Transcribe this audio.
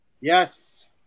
Yes